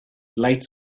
light